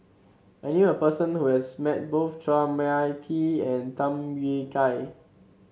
I knew a person who has met both Chua Mia Tee and Tham Yui Kai